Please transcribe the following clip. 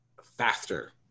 faster